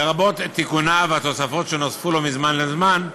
לרבות תיקוניו והתוספות שנוספו לו מזמן לזמן,